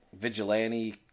vigilante